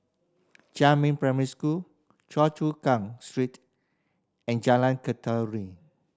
Jiemin Primary School Choa Chu Kang Street and Jalan